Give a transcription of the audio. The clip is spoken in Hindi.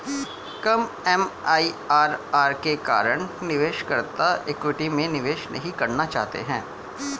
कम एम.आई.आर.आर के कारण निवेशकर्ता इक्विटी में निवेश नहीं करना चाहते हैं